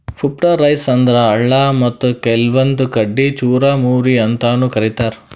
puffed rice ಅಂದ್ರ ಅಳ್ಳ ಮತ್ತ್ ಕೆಲ್ವನ್ದ್ ಕಡಿ ಚುರಮುರಿ ಅಂತಾನೂ ಕರಿತಾರ್